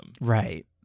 Right